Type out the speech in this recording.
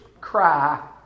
cry